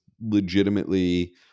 legitimately